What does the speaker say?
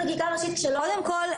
קודם כל,